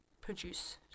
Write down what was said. produce